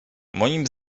moim